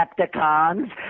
Decepticons